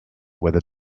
where